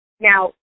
Now